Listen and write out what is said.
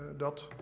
that